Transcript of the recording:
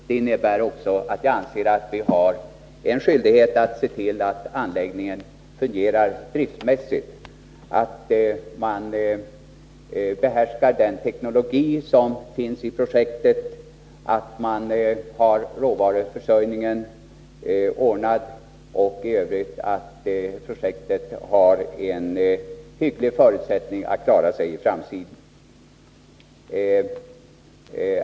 Det innebär att jag anser att vi har en skyldighet att se till att anläggningen fungerar driftsmässigt, att man behärskar den teknologi som finns i projektet, att man har råvaruförsörjningen ordnad och att projektet i Övrigt har en hygglig förutsättning att klara sig i framtiden.